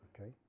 Okay